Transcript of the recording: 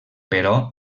però